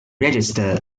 register